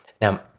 Now